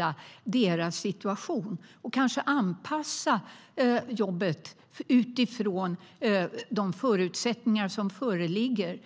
och deras situation och kanske anpassa jobbet utifrån de förutsättningar som föreligger.